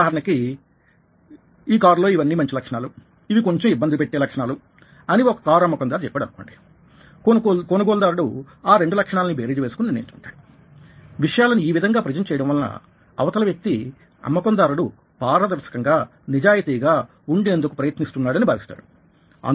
ఉదాహరణకి ఈ కార్ లో ఇవన్నీ మంచి లక్షణాలు ఇవి కొంచెం ఇబ్బంది పెట్టే లక్షణాలు అని ఒక కారు అమ్మకం దారు చెప్పాడు అనుకోండి కొనుగోలుదారుడు ఆ రెండు లక్షణాలని బేరీజు వేసుకుని నిర్ణయించుకుంటాడువిషయాలని ఈ విధంగా ప్రెజెంట్ చేయడం వలన అవతల వ్యక్తి అమ్మకందారుడు పారదర్శకంగా నిజాయితీగా ఉండేందుకు ప్రయత్నిస్తున్నాడని భావిస్తాడు